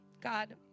God